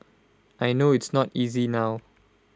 I know it's not easy now